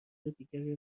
دیگری